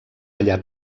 allà